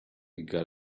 got